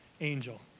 angel